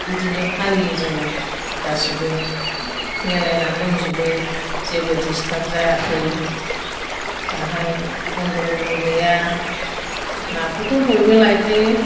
बिदिनो फालियो जोङो गासैबो मिलायनानै दंजोबो जेबो दिस्टार्ब जायाखै बेवहाय गन्द'गलबो गैया नाखौथ' बयबो लायखायो